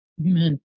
Amen